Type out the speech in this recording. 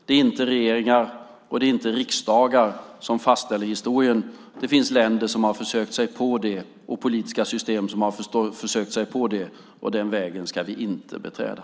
Det är inte regeringar och det är inte riksdagar som fastställer historien. Det finns länder och politiska system som har försökt sig på det. Den vägen ska vi inte beträda.